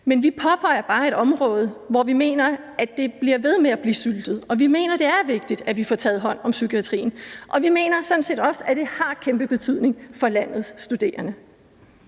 Men vi påpeger bare et område, hvor vi mener, at det bliver ved med at blive syltet, og vi mener, det er vigtigt, at vi får taget hånd om psykiatrien. Vi mener sådan set også, at det har kæmpe betydning for landets studerende.